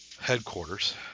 headquarters